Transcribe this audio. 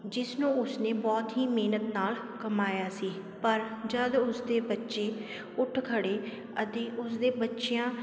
ਜਿਸ ਨੂੰ ਉਸਨੇ ਬਹੁਤ ਹੀ ਮਿਹਨਤ ਨਾਲ ਕਮਾਇਆ ਸੀ ਪਰ ਜਦੋਂ ਉਸਦੇ ਬੱਚੇ ਉੱਠ ਖੜ੍ਹੇ ਅਤੇ ਉਸਦੇ ਬੱਚਿਆਂ